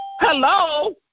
Hello